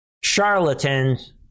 charlatans